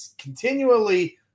continually